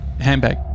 Handbag